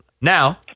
Now